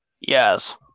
Yes